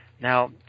now